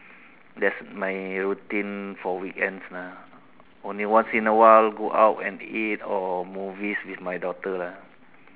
that's my routine for weekends lah only once in a while go out and eat or movies with my daughter lah